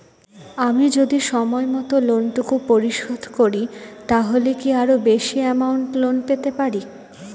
আমি যদি সময় মত লোন টুকু পরিশোধ করি তাহলে কি আরো বেশি আমৌন্ট লোন পেতে পাড়ি?